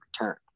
return